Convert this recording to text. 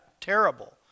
terrible